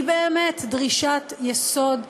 היא באמת דרישת-יסוד הכרחית.